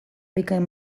bikain